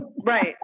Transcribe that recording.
Right